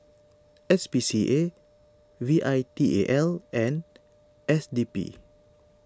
S P C A V I T A L and S D P